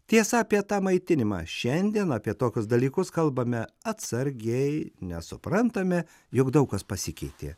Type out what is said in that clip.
tiesa apie tą maitinimą šiandien apie tokius dalykus kalbame atsargiai nes suprantame jog daug kas pasikeitė